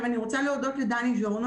אני רוצה להודות לדני ז'ורנו,